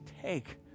take